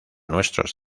nuestros